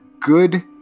good